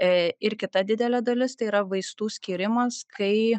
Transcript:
ir kita didelė dalis tai yra vaistų skyrimas kai